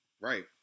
Right